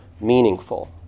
meaningful